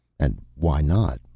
and why not,